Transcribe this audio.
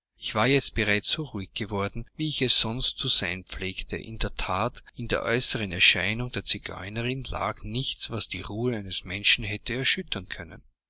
ich war jetzt bereits so ruhig geworden wie ich es sonst zu sein pflegte in der that in der äußeren erscheinung der zigeunerin lag nichts was die ruhe eines menschen hätte erschüttern können